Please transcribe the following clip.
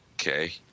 okay